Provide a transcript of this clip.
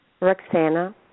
Roxana